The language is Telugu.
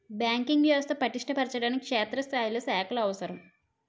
బ్యాంకింగ్ వ్యవస్థ పటిష్ట పరచడానికి క్షేత్రస్థాయిలో శాఖలు అవసరం